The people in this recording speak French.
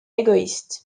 égoïste